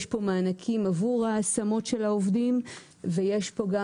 יש פה מענקים עבור ההשמות של העובדים ויש פה גם